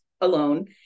alone